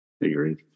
Agreed